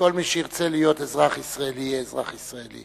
כל מי שירצה להיות אזרח ישראלי יהיה אזרח ישראלי,